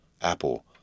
apple